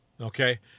Okay